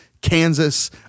Kansas